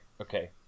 okay